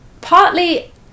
partly